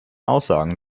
aussagen